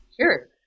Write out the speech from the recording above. Sure